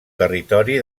territori